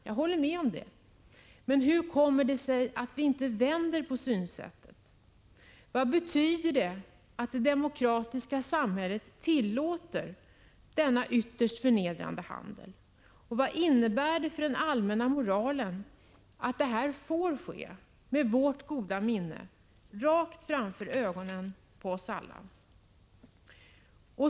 Jag håller med om att det finns många problem. Men hur kommer det sig att vi inte vänder på synsättet? Vad betyder det att det demokratiska samhället tillåter denna ytterst förnedrande handel? Vad innebär det för den allmänna moralen att detta får ske, med vårt goda minne, rakt framför ögonen på oss alla?